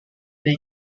they